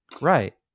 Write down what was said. Right